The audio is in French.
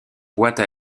boites